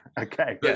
okay